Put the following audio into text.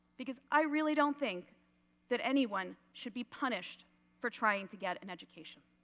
because i really don't think that anyone should be punished for trying to get an education.